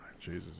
Jesus